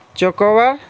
chocobar